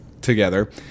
together